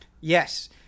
Yes